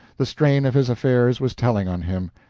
the strain of his affairs was telling on him.